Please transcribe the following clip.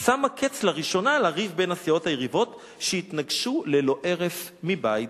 שמה קץ לראשונה לריב בין הסיעות היריבות שהתנגשו ללא הרף מבית.